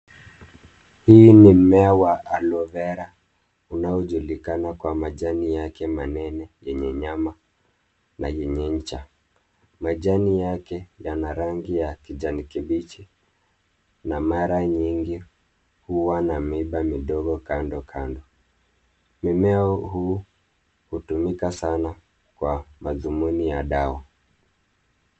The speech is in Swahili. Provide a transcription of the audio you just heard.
Hii ni mmea wa Aloe Vera unaojulikana kwa majani yake manene yenye nyama na yenye ncha. Majani yake yana rangi ya kijani kibichi na mara nyingi huwa na miba midogo kando kando. Mmea huu hutumika sana kwa madhumuni ya dawa.